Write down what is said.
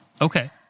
Okay